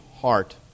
heart